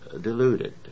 deluded